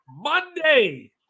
Monday